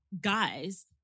Guys